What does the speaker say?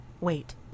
Wait